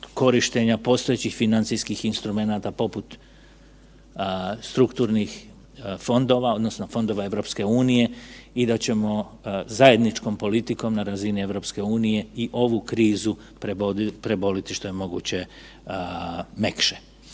korištenja postojećih financijskih instrumenata poput strukturnih fondova odnosno fondova EU i da ćemo zajedničkom politikom na razini EU i ovu krizu preboliti što je moguće mekše.